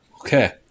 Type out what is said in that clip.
Okay